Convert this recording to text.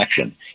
action